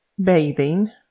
bathing